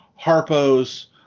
Harpo's